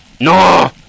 No